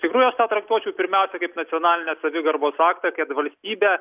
iš tikrųjų aš tą traktuočiau pirmiausia kaip nacionalinę savigarbos aktą kad valstybė